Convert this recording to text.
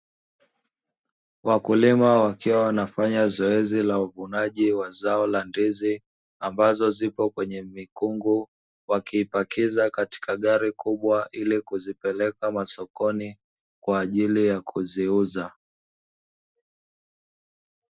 Wakulima wakiwa wanafanya zoezi la uvunaji wa zao la ndizi ambazo zipo kwenye mikungu, wakiipakiza katika gari kubwa ili kuzipeleka masokoni kwa ajili ya kuziuza.